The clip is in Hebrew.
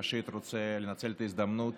ראשית, רוצה לנצל את ההזדמנות